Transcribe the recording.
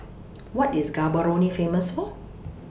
What IS Gaborone Famous For